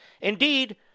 Indeed